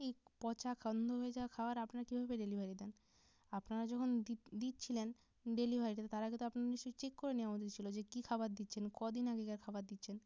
এই পচা গন্ধ হয়ে যাওয়া খাবার আপনারা কীভাবে ডেলিভারি দেন আপনারা যখন দিচ্ছিলেন ডেলিভারি তার আগে তো আপনারা নিশ্চয়ই চেক করে নেওয়া উচিত ছিলো যে কি খাবার দিচ্ছেন কদিন আগেকার খাবার দিচ্ছেন